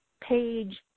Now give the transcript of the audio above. Page